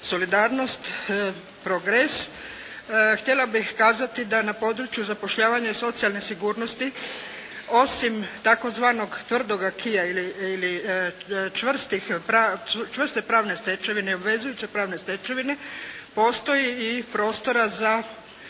solidarnost (PROGRESS). Htjela bih kazati da na području zapošljavanja i socijalne sigurnosti osim tzv. tvrdog aquisa ili čvrste pravne stečevine, obvezujuće pravne stečevine postoji i prostora za